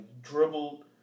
dribbled